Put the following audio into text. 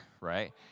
right